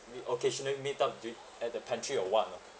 we occasionally meet up during at the pantry or what you know